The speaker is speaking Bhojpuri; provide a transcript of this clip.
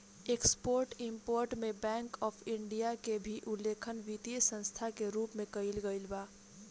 एक्सपोर्ट इंपोर्ट में बैंक ऑफ इंडिया के भी उल्लेख वित्तीय संस्था के रूप में कईल गईल बा